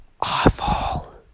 awful